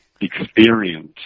experience